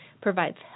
provides